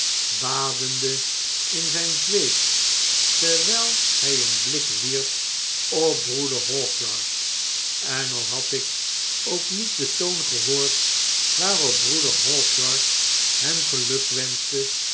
badende in zyn zweet terwyl hij een blik wierp op broeder hawkyard en alhadik ook niet den toon gehoord waarop broeder hawkyard hem gelukwenschte